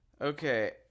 Okay